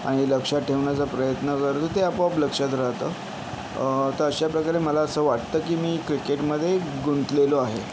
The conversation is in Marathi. आणि लक्षात ठेवण्याचा प्रयत्न करतो ते आपोआप लक्षात राहतं त अशा प्रकारे मला असं वाटतं की मी क्रिकेटमध्ये गुंतलेलो आहे